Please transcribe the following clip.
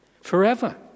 Forever